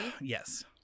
Yes